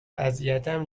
وضعیتم